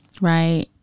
right